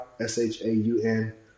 S-H-A-U-N